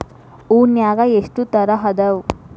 ಹೂನ್ಯಾಗ ಎಷ್ಟ ತರಾ ಅದಾವ್?